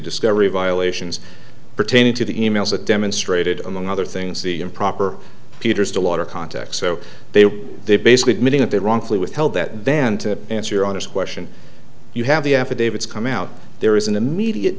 discovery violations pertaining to the e mails that demonstrated among other things the improper peters to water contacts so they were they basically admitting that they wrongfully withheld that then to answer your honor's question you have the affidavits come out there is an immediate